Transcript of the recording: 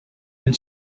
and